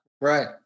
right